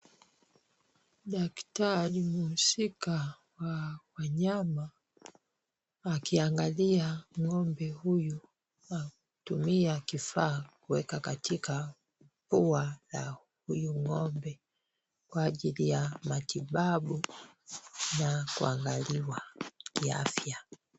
Daktari mhusika wa wanyama, akiangalia ng'ombe huyu, akitumia kifaa kuweka katika ya la huyu ng'ombe. Kwa ajili ya matibabu na kuangaliwa kiafya.